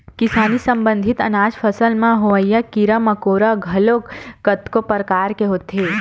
किसानी संबंधित अनाज फसल म होवइया कीरा मकोरा घलोक कतको परकार के होथे